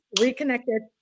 Reconnected